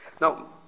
Now